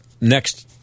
next